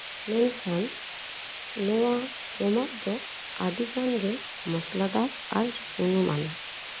ᱢᱮᱱᱠᱷᱟᱱ ᱱᱚᱶᱟ ᱡᱚᱢᱟᱜ ᱫᱚ ᱟᱹᱰᱤ ᱜᱟᱱ ᱜᱮ ᱢᱚᱥᱞᱟᱫᱟᱨ ᱟᱨ ᱥᱩᱱᱩᱢ ᱟᱱᱟ